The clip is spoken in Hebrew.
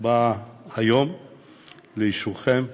באה היום לאישורכם,